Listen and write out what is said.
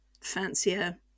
fancier